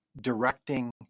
directing